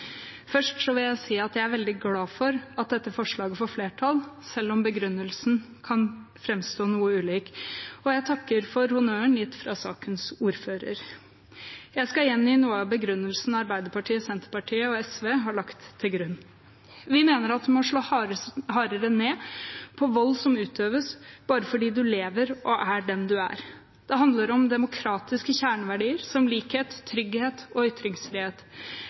Først vil jeg si at jeg er veldig glad for at dette forslaget får flertall, selv om begrunnelsene kan framstå noe ulike, og jeg takker for honnøren gitt fra sakens ordfører. Jeg skal gjengi noe av begrunnelsen Arbeiderpartiet, Senterpartiet og SV har lagt til grunn. Vi mener at det må slås hardere ned på vold som utøves bare fordi man er den man er. Det handler om demokratiske kjerneverdier som likhet, trygghet og ytringsfrihet.